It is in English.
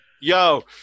yo